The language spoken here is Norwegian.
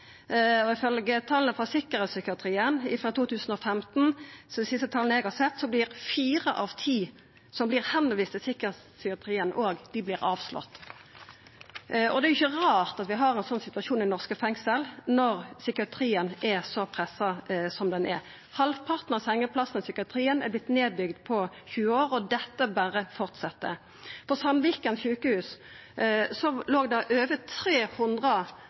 frå 2015 frå sikkerheitspsykiatrien, som er dei siste tala eg har sett, får fire av ti som vert viste til sikkerheitspsykiatrien, avslag. Det er ikkje rart at vi har ein slik situasjon i norske fengsel, når psykiatrien er så pressa som han er. Halvparten av sengeplassane i psykiatrien er vorten bygd ned på 20 år, og dette berre fortset. På Sandviken sykehus låg det i 2018 over 300